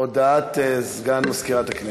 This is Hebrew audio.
הודעת סגן מזכירת הכנסת.